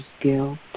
guilt